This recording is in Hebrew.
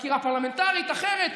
חקירה פרלמנטרית או אחרת,